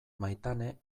maitane